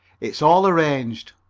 it's all arranged.